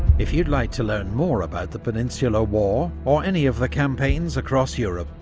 if you'd like to learn more about the peninsular war or any of the campaigns across europe,